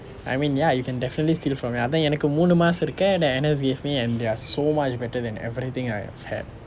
I mean ya you can definitely steal from me அதான் எனக்கு மூன்று மாசத்துக்கு:athaan enakku moondru maasathukku N_S give me and they are so much better than everything I have had